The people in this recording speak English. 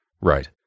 Right